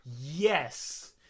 yes